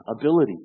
ability